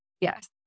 Yes